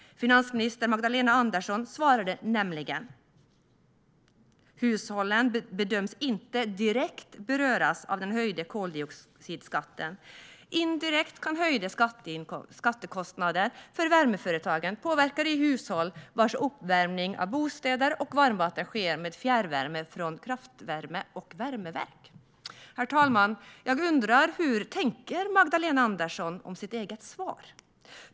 Finansminister Magdalena Anderson svarade nämligen att hushållen inte bedöms beröras direkt av den höjda koldioxidskatten. "Indirekt kan höjda skattekostnader för värmeföretagen påverka de hushåll vars uppvärmning av bostäder och varmvatten sker med fjärrvärme från kraftvärme och värmeverk." Herr talman! Jag undrar hur Magdalena Andersson tänker om sitt eget svar.